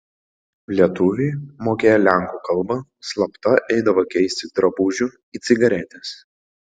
lietuviai mokėję lenkų kalbą slapta eidavo keisti drabužių į cigaretes